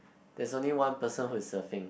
there is only one person who is surfing